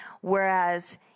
Whereas